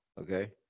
Okay